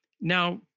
Now